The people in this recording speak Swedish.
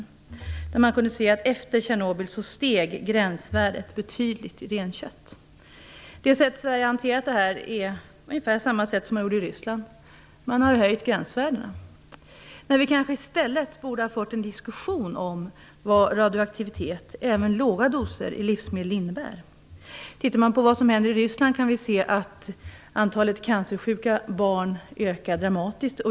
Efter olyckan i Tjernobyl steg gränsvärdet betydligt i renkött. I Sverige har man hanterat problemet på ungefär samma sätt som i Ryssland. Man har höjt gränsvärdena. I stället borde vi kanske ha fört en diskussion om vad radioaktivitet, även i låga doser, i livsmedel innebär. I Ryssland ökar antalet cancersjuka barn dramatiskt.